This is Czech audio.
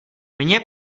mně